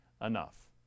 enough